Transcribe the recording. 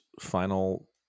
final